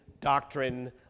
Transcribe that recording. doctrine